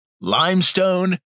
Limestone